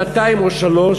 שנתיים או שלוש